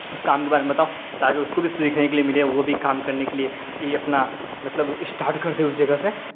اس کام کے بارے میں بتاؤ تاکہ اس کو بھی سیکھنے کے لیے ملے وہ بھی کام کرنے کے لیے یہ اپنا مطلب اسٹارٹ کر دے اس جگہ سے